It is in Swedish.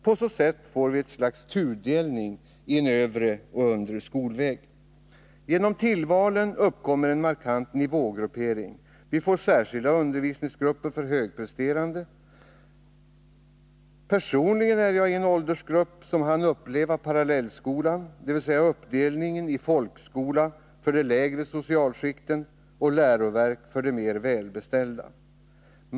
På så sätt får vi ett slags tudelning i en övre och en undre skolväg. Genom tillvalen uppkommer en markant nivågruppering. Vi får särskilda undervisningsgrupper för de högpresterande. Personligen är jag i en åldersgrupp som hann uppleva parallellskolan, dvs. uppdelningen i folkskola för de lägre socialskikten och läroverk för de mer välbeställda.